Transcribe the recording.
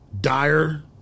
dire